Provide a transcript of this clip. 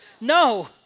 No